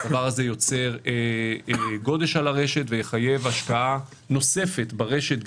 הדבר הזה יוצר גודש על הרשת ויחייב השקעה נוספת ברשת,